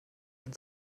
uns